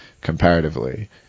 comparatively